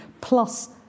plus